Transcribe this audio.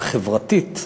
למשמעות החברתית,